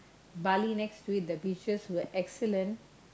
Bali next to it the beaches were excellent